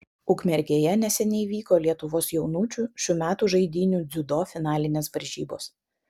ukmergėje neseniai vyko lietuvos jaunučių šių metų žaidynių dziudo finalinės varžybos